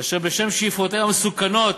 אשר בשם שאיפותיהן המסוכנות